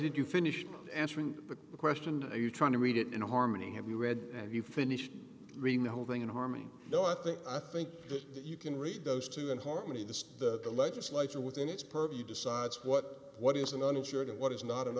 did you finish not answering the question are you trying to read it in a harmony have you read and have you finished reading the holding in harmony no i think i think that you can read those two in harmony the that the legislature within its purview decides what what is an uninsured and what is not an